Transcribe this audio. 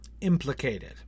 implicated